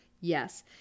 Yes